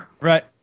Right